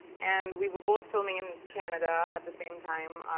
and we were both filming in canada at the same time,